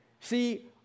See